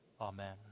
Amen